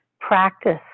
practice